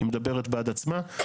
היא מדברת בעד עצמה,